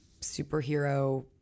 superhero